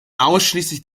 ausschließlich